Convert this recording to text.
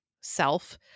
self